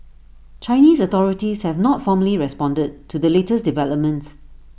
Chinese authorities have not formally responded to the latest developments